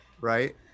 right